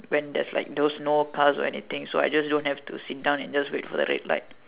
when there's like those no cars or anything so I just don't have to just sit down and wait for the red light